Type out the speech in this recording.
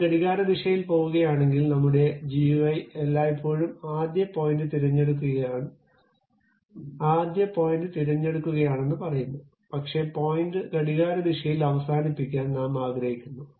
നമ്മൾ ഘടികാരദിശയിൽ പോവുകയാണെങ്കിൽ നമ്മുടെ ജിയുഐ എല്ലായ്പ്പോഴും ആദ്യ പോയിന്റ് തിരഞ്ഞെടുക്കുകയാണെന്ന് പറയുന്നു പക്ഷേ പോയിന്റ് ഘടികാരദിശയിൽ അവസാനിപ്പിക്കാൻ നാം ആഗ്രഹിക്കുന്നു